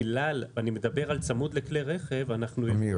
ואני מדבר על צמוד לכלי רכב --- אמיר,